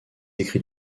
écrit